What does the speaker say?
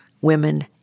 women